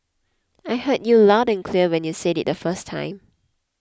I heard you loud and clear when you said it the first time